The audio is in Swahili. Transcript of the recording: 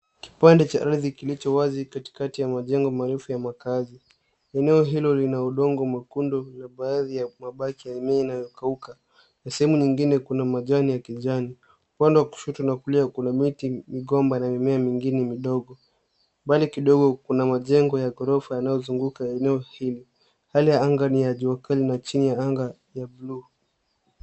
Kipande cha ardhi kilicho wazi katikati ya majengo marefu ya makazi. Eneo hilo lina udongo mwekundu na baadhi ya mabaki ya mimea inayokauka. Na sehemu nyingine kuna majani ya kijani. Upande wa kushoto na kulia kuna miti, migomba na mimea mingine midogo. Mbali kidogo kuna majengo ya ghorofa yanayozunguka hili. Hali ya anga ni ya jua kali na chini ya anga ya blue .